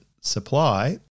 supply